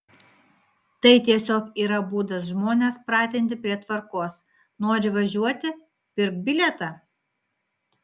tai tiesiog yra būdas žmones pratinti prie tvarkos nori važiuoti pirk bilietą